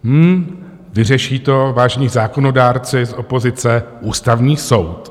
Hm, vyřeší to, vážení zákonodárci z opozice, Ústavní soud.